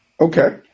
Okay